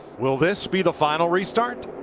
will this be the final restart?